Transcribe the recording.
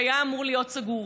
שהיה אמור להיות סגור.